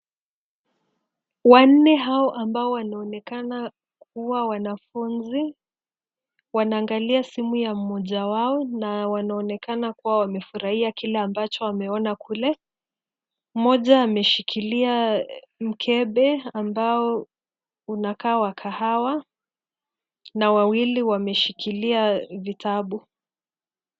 Wanne hao ambao wanaonekana huwa wanafunzi, wanaangalia simu ya mmoja wao na wanaonekana kuwa wamefurahia kila ambacho wameona kule. Mmoja ameshikilia mkebe ambao unakaa wa kahawa na wawili wameshikilia vitabu.